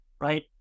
right